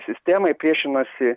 sistemai priešinasi